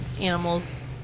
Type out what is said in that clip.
animals